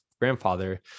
grandfather